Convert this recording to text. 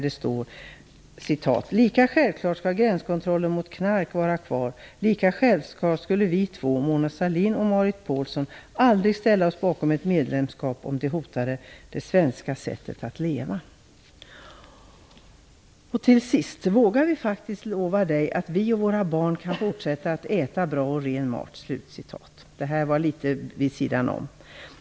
Det stod: "Lika självklart ska gränskontroller mot knark var kvar, lika självklart skulle vi två aldrig ställa oss bakom ett medlemskap om det hotade det svenska sättet att leva. Och till sist vågar vi faktiskt lova dig att vi och våra barn kan fortsätta att äta bra och ren mat." Det här var en liten parentes.